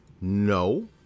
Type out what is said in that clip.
No